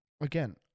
again